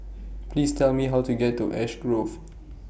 Please Tell Me How to get to Ash Grove